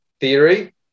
theory